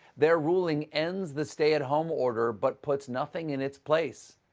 their ruling ends the stay at home order but puts nothing in its place.